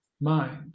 mind